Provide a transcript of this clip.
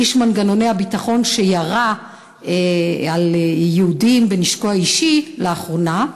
איש מנגנוני הביטחון שירה על יהודים בנשקו האישי לאחרונה,